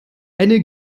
eine